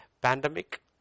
pandemic